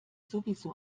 sowieso